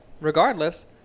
regardless